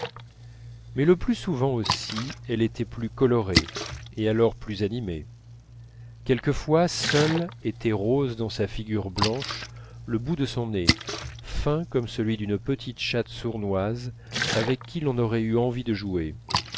mais le plus souvent aussi elle était plus colorée et alors plus animée quelquefois seul était rose dans sa figure blanche le bout de son nez fin comme celui d'une petite chatte sournoise avec qui l'on aurait eu envie de jouer